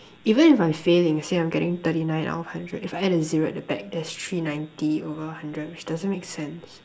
even if I'm fail and say I'm getting thirty nine out of hundred if I add a zero at the back that's three ninety over hundred which doesn't make sense